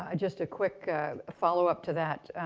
ah just a quick follow-up to that,